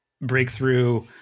breakthrough